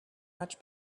much